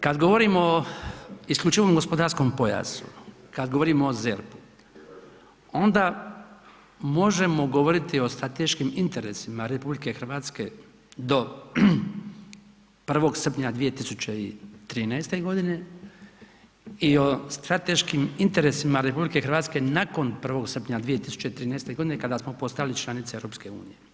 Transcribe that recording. Kad govorimo o isključivom gospodarskom pojasu, kad govorimo o ZERP-u onda možemo govoriti o strateškim interesima RH do 1. srpnja 2013. godine i o strateškim interesima RH nakon 1. srpnja 2013. godine kada smo postali članica EU.